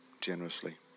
generously